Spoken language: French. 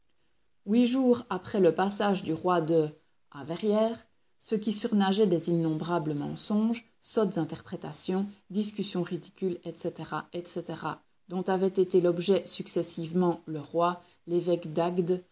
huit jours après le passage du roi de à verrières ce qui surnageait des innombrables mensonges sottes interprétations discussions ridicules etc etc dont avaient été l'objet successivement le roi l'évêque d'agde